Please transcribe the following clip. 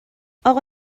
اقا